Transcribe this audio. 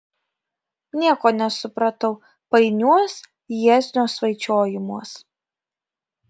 nieko nesupratau painiuos jieznio svaičiojimuos